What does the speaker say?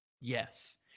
Yes